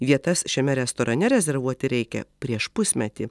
vietas šiame restorane rezervuoti reikia prieš pusmetį